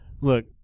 look